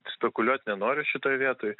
spekuliuot nenoriu šitoj vietoj